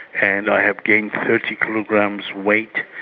and i have gained thirty kilograms weight,